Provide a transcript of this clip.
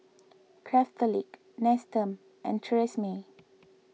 Craftholic Nestum and Tresemme